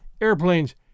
airplanes